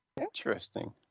Interesting